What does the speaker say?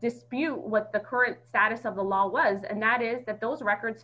this be what the current status of the law was and that is that those records